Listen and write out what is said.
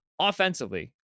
Offensively